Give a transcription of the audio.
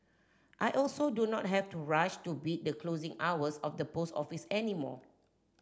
I also do not have to rush to beat the closing hours of the post office any more